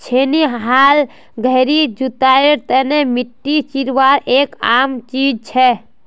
छेनी हाल गहरी जुताईर तने मिट्टी चीरवार एक आम चीज छे